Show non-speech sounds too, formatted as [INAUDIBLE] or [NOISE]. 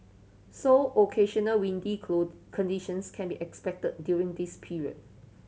so occasional windy [UNINTELLIGIBLE] conditions can be expect during this period